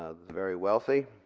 ah the very wealthy.